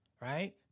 right